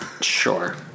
Sure